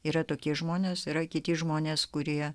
yra tokie žmonės yra kiti žmonės kurie